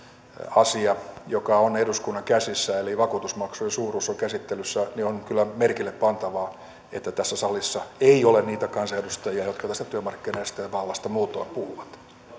asia joka on eduskunnan käsissä eli vakuutusmaksujen suuruus niin on kyllä merkille pantavaa että tässä salissa ei ole niitä kansanedustajia jotka tästä työmarkkinajärjestöjen vallasta muutoin puhuvat